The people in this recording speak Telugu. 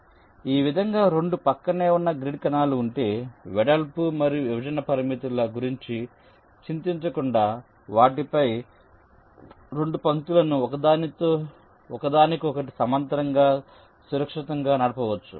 కాబట్టి ఈ విధంగా 2 ప్రక్కనే ఉన్న గ్రిడ్ కణాలు ఉంటే వెడల్పు మరియు విభజన పరిమితుల గురించి చింతించకుండా వాటిపై 2 పంక్తులను ఒకదానికొకటి సమాంతరంగా సురక్షితంగా నడపవచ్చు